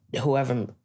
Whoever